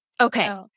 Okay